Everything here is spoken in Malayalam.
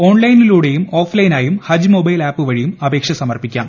ഓൺലൈനിലൂടെയും ഓഫ് ലൈൻ ആയും ഹജ്ജ് മൊബൈൽ ആപ്പ് വഴിയും അപേക്ഷ സമർപ്പിക്കാം